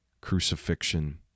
crucifixion